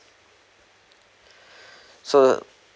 so